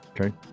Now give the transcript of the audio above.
Okay